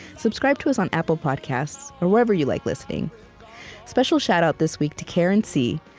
subscribe to us on apple podcasts or wherever you like listening special shoutout this week to karen c.